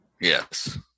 yes